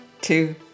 two